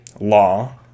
law